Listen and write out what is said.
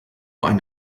ein